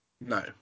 No